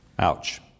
Ouch